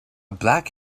black